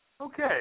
Okay